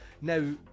Now